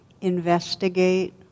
investigate